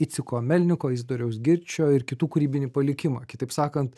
iciko melniko izidoriaus girčio ir kitų kūrybinį palikimą kitaip sakant